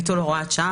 ביטול הוראת שעה),